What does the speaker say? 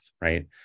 right